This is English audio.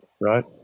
right